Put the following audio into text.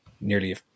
nearly